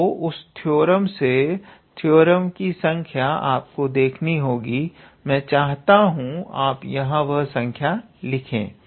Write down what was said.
तो उस थ्योरम से थ्योरम संख्या आपको देखनी होगी मैं चाहूंगा आप यहां वह संख्या लिख ले